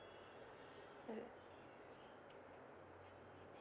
mm